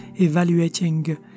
evaluating